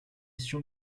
question